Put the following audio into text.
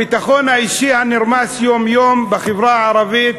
הביטחון האישי הנרמס יום-יום בחברה הערבית,